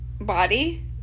body